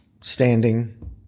standing